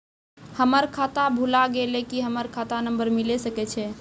हमर खाता भुला गेलै, की हमर खाता नंबर मिले सकय छै?